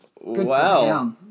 Wow